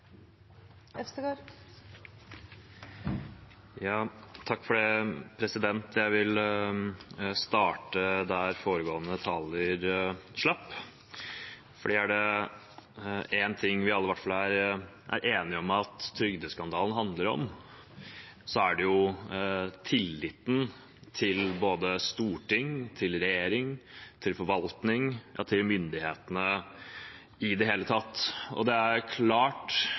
det én ting vi alle er enige om at trygdeskandalen handler om, så er det tilliten til både storting, regjering og forvaltning – ja, til myndighetene i det hele tatt – og det er klart